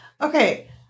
Okay